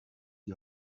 die